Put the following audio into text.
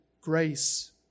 grace